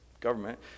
government